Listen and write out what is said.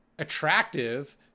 attractive